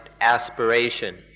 aspiration